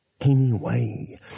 Anyway